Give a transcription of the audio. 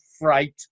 fright